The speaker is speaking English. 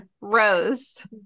Rose